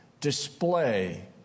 display